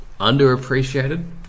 underappreciated